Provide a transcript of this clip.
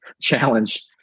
challenge